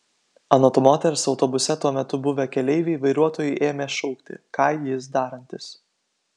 anot moters autobuse tuo metu buvę keleiviai vairuotojui ėmė šaukti ką jis darantis